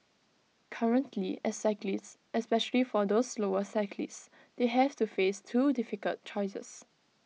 currently as cyclists especially for those slower cyclists they have to face two difficult choices